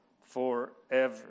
forever